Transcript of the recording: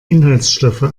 inhaltsstoffe